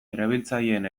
erabiltzaileen